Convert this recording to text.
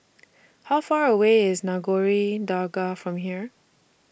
How Far away IS Nagore Dargah from here